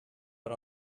but